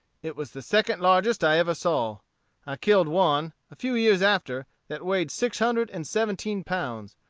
it was the second largest i ever saw. i killed one, a few years after, that weighed six hundred and seventeen pounds.